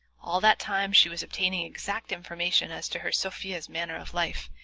all that time she was obtaining exact information as to her sofya's manner of life,